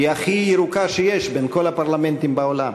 היא הכי ירוקה שיש, בין כל הפרלמנטים בעולם.